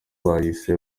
bahise